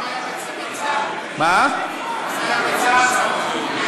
גם אם זה היה בצבע צהוב?